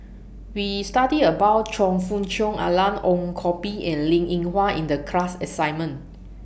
We studied about Choe Fook Cheong Alan Ong Koh Bee and Linn in Hua in The class assignment